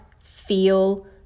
feel